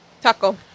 Taco